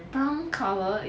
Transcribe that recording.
brown colour